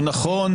הוא נכון,